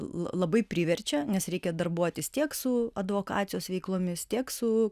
labai priverčia nes reikia darbuotis tiek su advokacijos veiklomis tiek su